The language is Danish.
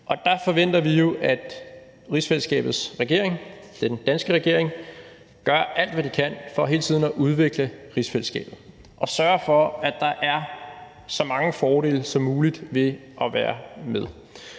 Der forventer vi jo, at rigsfællesskabets regering, det er den danske regering, gør alt, hvad den kan for hele tiden at udvikle rigsfællesskabet og sørge for, at der er så mange fordele som muligt ved at være med.